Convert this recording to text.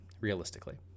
realistically